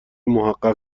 محقق